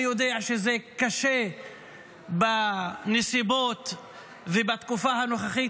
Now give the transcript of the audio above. אני יודע שזה קשה בנסיבות ובתקופה הנוכחית,